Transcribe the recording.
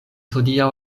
hodiaŭ